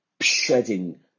shedding